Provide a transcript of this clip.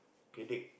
headache